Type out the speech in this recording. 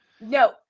no